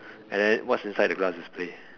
and then what's inside the glass display